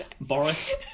Boris